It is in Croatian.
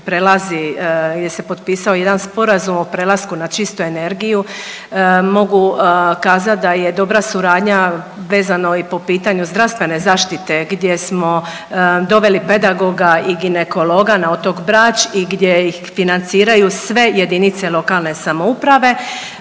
prelazi, gdje se potpisao jedan sporazum o prelasku na čistu energiju. Mogu kazat da je dobra suradnja vezano i po pitanju zdravstvene zaštite gdje smo doveli pedagoga i ginekologa na otok Brač i gdje ih financiraju sve JLS. Kakva je suradnja